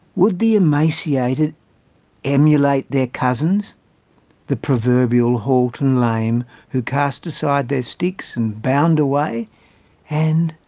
would the emaciated emulate their cousins the proverbial halt and lame who cast aside their sticks and bound away and,